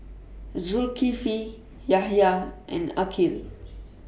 Zulkifli Yahya and Aqil